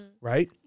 right